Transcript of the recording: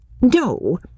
No